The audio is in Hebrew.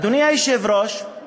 אדוני היושב-ראש,